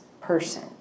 person